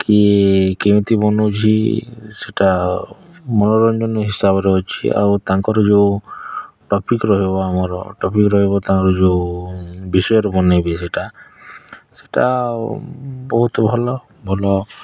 କିଏ କେମିତି ବନାଉଛି ସେଟା ମନୋରଞ୍ଜନ ହିସାବରେ ଅଛି ଆଉ ତାଙ୍କର ଯେଉଁ ଟପିକ୍ ରହିବ ଆମର ଟପିକ୍ ରହିବ ତାଙ୍କର ଯେଉଁ ବିଷୟରେ ବନେଇବେ ସେଟା ସେଟା ଆଉ ବହୁତ ଭଲ ଭଲ